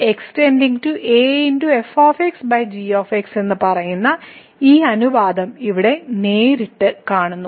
x → a fg എന്ന് പറയുന്ന ഈ അനുപാതം ഇവിടെ നേരിട്ട് കാണുന്നു